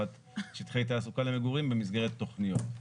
שטחי תעסוקה למגורים במסגרת תוכניות.